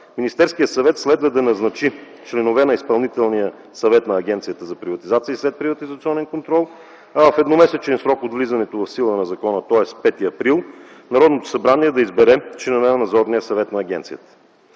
Министерският съвет следва да назначи членове на Изпълнителния съвет на Агенцията за приватизация и следприватизационен контрол, а в едномесечен срок от влизането в сила на закона, тоест 5 април 2010 г., Народното събрание да избере членове на Надзорния съвет на агенцията.